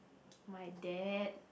my dad